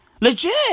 Legit